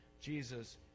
Jesus